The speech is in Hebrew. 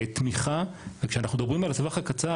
תמיכה וכשאנחנו מדברים על הטווח הקצר,